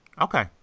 okay